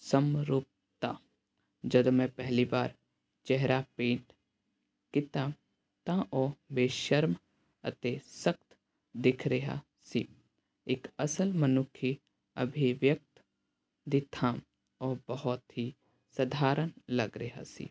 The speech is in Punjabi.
ਸਮਰੋਕਤਾ ਜਦੋਂ ਮੈਂ ਪਹਿਲੀ ਵਾਰ ਚਿਹਰਾ ਪੇਂਟ ਕੀਤਾ ਤਾਂ ਉਹ ਬੇਸ਼ਰਮ ਅਤੇ ਸਖ਼ਤ ਦਿਖ ਰਿਹਾ ਸੀ ਇੱਕ ਅਸਲ ਮਨੁੱਖੀ ਅਭੀਵਿਅਕਤ ਦੀ ਥਾਂ ਉਹ ਬਹੁਤ ਹੀ ਸਧਾਰਨ ਲੱਗ ਰਿਹਾ ਸੀ